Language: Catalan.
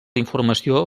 informació